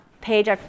page